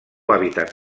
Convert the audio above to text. hàbitat